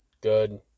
good